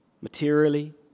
materially